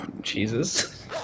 jesus